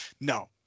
no